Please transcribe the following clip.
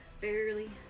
Barely